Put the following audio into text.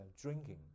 drinking